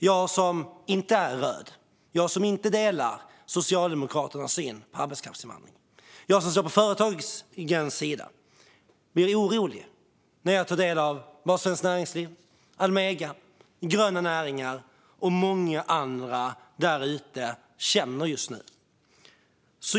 Jag som inte är röd, som inte delar Socialdemokraternas syn på arbetskraftsinvandring och som står på företagens sida blir orolig när jag tar del av vad Svenskt Näringsliv, Almega, Gröna Näringar och många andra där ute känner just nu.